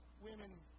women